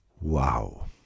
Wow